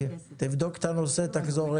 תבדוק את הנושא ותחזור אלינו.